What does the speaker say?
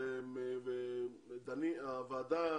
והועדה